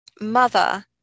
mother